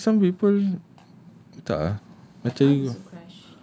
no lah like some people entah macam you